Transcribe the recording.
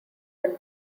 him